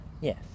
Yes